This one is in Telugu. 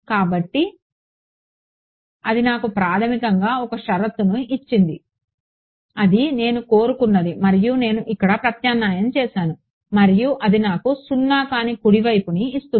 కాబట్టి అది నాకు ప్రాథమికంగా ఒక షరతును ఇచ్చింది అది నేను కోరుకున్నది మరియు నేను ఇక్కడ ప్రత్యామ్నాయం చేసాను మరియు అది నాకు సున్నా కాని కుడి వైపును ఇస్తుంది